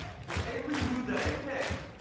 for every u that i pick,